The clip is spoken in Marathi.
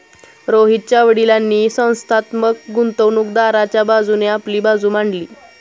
रोहितच्या वडीलांनी संस्थात्मक गुंतवणूकदाराच्या बाजूने आपली बाजू मांडली